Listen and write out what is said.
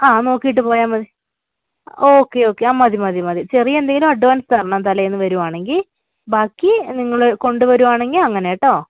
ആ നോക്കിയിട്ട് പോയാല് മതി ഓക്കെ ഓക്കെ മതി മതി മതി ചെറിയ എന്തെങ്കിലും അഡ്വാൻസ് തരണം തലേന്ന് വരികയാണെങ്കില് ബാക്കി നിങ്ങള് കൊണ്ടുവരികയാണെങ്കില് അങ്ങനെ കേട്ടോ